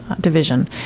division